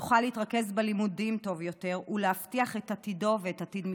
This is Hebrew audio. יוכל להתרכז בלימודים טוב יותר ולהבטיח את עתידו ואת עתיד משפחתו.